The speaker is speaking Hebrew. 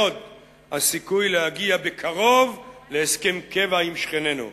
הסיכוי להגיע בקרוב להסכם קבע עם שכנינו.